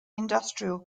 industrial